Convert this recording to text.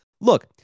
Look